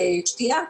שתייה.